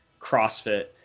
CrossFit